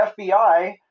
FBI